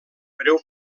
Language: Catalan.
breu